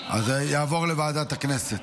אז זה יעבור לוועדת הכנסת.